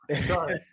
Sorry